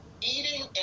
eating